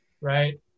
right